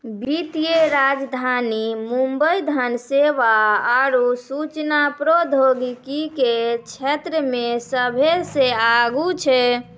वित्तीय राजधानी मुंबई धन सेवा आरु सूचना प्रौद्योगिकी के क्षेत्रमे सभ्भे से आगू छै